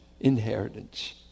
Inheritance